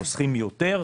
חוסכים יותר,